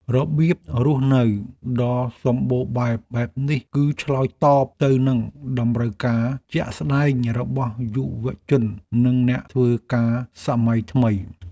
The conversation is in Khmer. របៀបរស់នៅដ៏សម្បូរបែបបែបនេះ គឺឆ្លើយតបទៅនឹងតម្រូវការជាក់ស្តែងរបស់យុវជននិងអ្នកធ្វើការសម័យថ្មី។